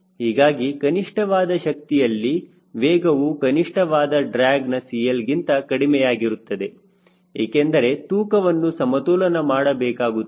ಹೀಗಾಗಿ ಕನಿಷ್ಠವಾದ ಶಕ್ತಿಯಲ್ಲಿ ವೇಗವು ಕನಿಷ್ಠವಾದ ಡ್ರ್ಯಾಗ್ನ CL ಗಿಂತ ಕಡಿಮೆಯಾಗಿರುತ್ತದೆ ಏಕೆಂದರೆ ತೂಕವನ್ನು ಸಮತೋಲನ ಮಾಡಬೇಕಾಗುತ್ತದೆ